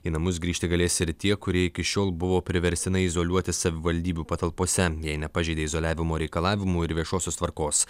į namus grįžti galės ir tie kurie iki šiol buvo priverstinai izoliuoti savivaldybių patalpose jei nepažeidė izoliavimo reikalavimų ir viešosios tvarkos